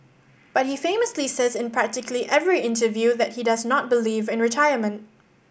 but he famously says in practically every interview that he does not believe in retirement